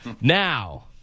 Now